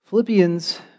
Philippians